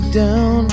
down